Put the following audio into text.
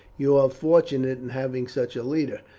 you are fortunate in having such a leader.